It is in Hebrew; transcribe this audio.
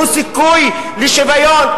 תנו סיכוי לשוויון,